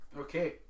Okay